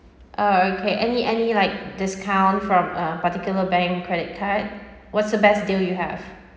oh okay any any like discount from a particular bank credit card what's the best deal you have